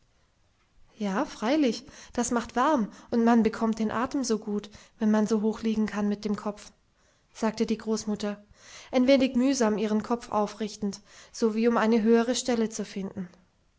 ja freilich das macht warm und man bekommt den atem so gut wenn man so hoch liegen kann mit dem kopf sagte die großmutter ein wenig mühsam ihren kopf aufrichtend so wie um eine höhere stelle zu finden